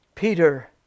Peter